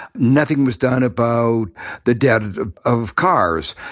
nothing was done about the debt of cars.